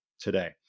today